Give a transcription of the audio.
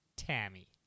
Tammy